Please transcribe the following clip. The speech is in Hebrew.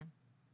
כן.